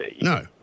No